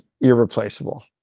Irreplaceable